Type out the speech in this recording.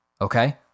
Okay